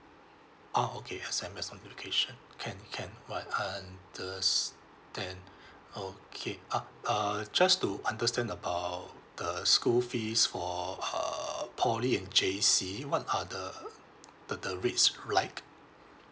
ah okay S_M_S notification can can what understand okay uh uh just to understand about the school fees for err poly and J_C what are the the the rates like